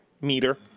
Meter